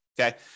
Okay